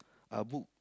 a book